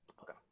Okay